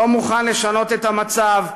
לא מוכן לשנות את המצב,